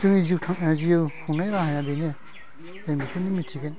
जोंनि जिउ खुंनाय राहाया बेनो जों बेखौनो मिनथिगोन